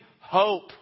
hope